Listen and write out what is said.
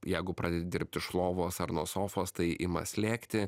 jeigu pradedi dirbt iš lovos ar nuo sofos tai ima slėgti